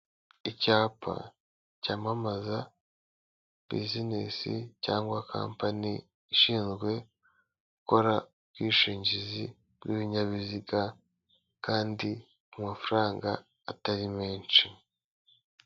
Icyapa cyamamaza bizinesi cyangwa kampani ishinzwe gukora ubwishingizi bw'ibinyabiziga kandi mu mafaranga atari menshi.